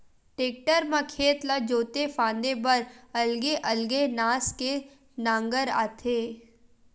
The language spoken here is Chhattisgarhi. टेक्टर म खेत ला जोते फांदे बर अलगे अलगे नास के नांगर आथे